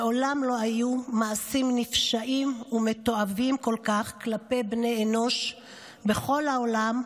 מעולם לא היו מעשים נפשעים ומתועבים כל כך כלפי בני אנוש בכל העולם,